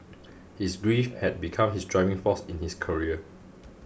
his grief had become his driving force in his career